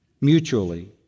mutually